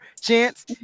Chance